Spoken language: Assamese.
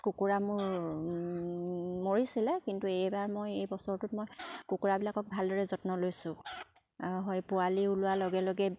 কুকুৰা মোৰ মৰিছিলে কিন্তু এইবাৰ মই এই বছৰটোত মই কুকুৰাবিলাকক ভালদৰে যত্ন লৈছোঁ হয় পোৱালি ওলোৱাৰ লগে লগে